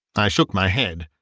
i shook my head.